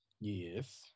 Yes